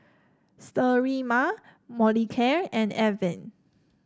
Sterimar Molicare and Avene